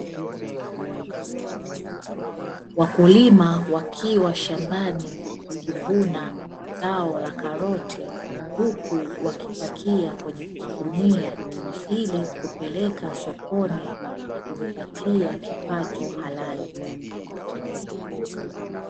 Wakulima wakiwa shambani wakivuna zao la karoti, huku wakipakia kwenye magunia ili kupeleka sokoni na kujipatia kipato halali.